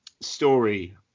Story